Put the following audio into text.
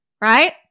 right